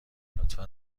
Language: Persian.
لطفا